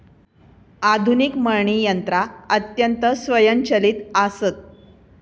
आधुनिक मळणी यंत्रा अत्यंत स्वयंचलित आसत